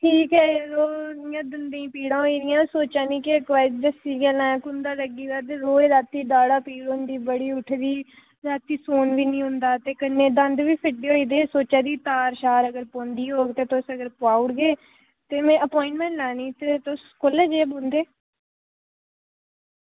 ठीक ऐ यरो इयां दंदें ई पीड़ां होई दियां सोचा निं कि इक बारी दस्सी गै लें कुंदा लग्गी दा रोज रातीं दाढ़ा पीड़ होंदी उठदी रातीं सौन बी निं होंदा ते कन्नै दंद बी फिड्डे होई दे सोचा दी ही कि तार पौंदी होग ते तुस अगर पाई ओड़गे ते में अप्वाईंटमेंट लैनी ते तुस कुस बेल्लै बौंह्दे